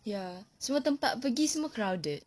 ya semua tempat pergi semua crowded